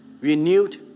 renewed